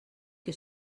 que